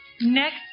Next